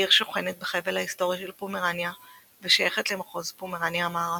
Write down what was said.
העיר שוכנת בחבל ההיסטורי של פומרניה ושייכת למחוז פומרניה המערבית.